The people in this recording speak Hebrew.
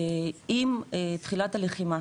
עם תחילת הלחימה